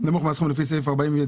חברי הכנסת,